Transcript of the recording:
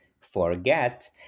forget